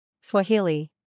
Swahili